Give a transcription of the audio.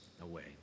away